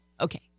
Okay